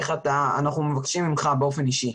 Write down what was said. אנחנו מבקשים ממך באופן אישי.